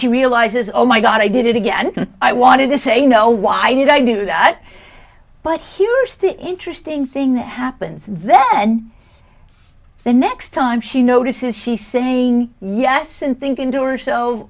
she realizes oh my god i did it again i wanted to say no why did i do that but here's the interesting thing that happens then the next time she notices she's saying yes and think and or so